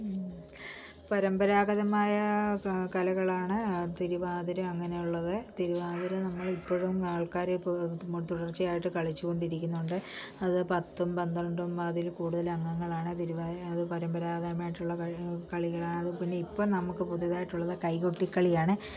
പരമ്പരാഗതമായ കലകളാണ് തിരുവാതിര അങ്ങനെയുള്ളത് തിരുവാതിര നമ്മൾ ഇപ്പോഴും ആൾക്കാരെ ഇപ്പോൾ തുടർച്ചയായിട്ട് കളിച്ചു കൊണ്ടിരിക്കുന്നുണ്ട് അത് പത്തും പന്ത്രണ്ടും അതിൽ കൂടൂതല് അംഗങ്ങളാണ് തിരുവാതിര അത് പരമ്പരാഗതമായിട്ടുള്ള കളി കളികളാണ് പിന്നെ ഇപ്പം നമുക്ക് പുതുതായിട്ടുള്ളത് കൈകൊട്ടിക്കളിയാണ്